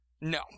No